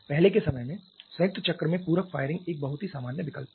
पहले के समय में संयुक्त चक्र में पूरक फायरिंग एक बहुत ही सामान्य विकल्प था